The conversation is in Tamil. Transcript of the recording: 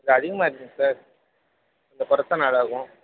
இது அதிகமாக இருக்கே சார் கொஞ்சம் கொறைச்சா நல்லாயிருக்கும்